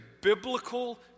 biblical